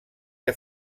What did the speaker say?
que